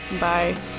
Bye